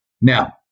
Now